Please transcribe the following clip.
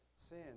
sin